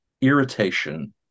irritation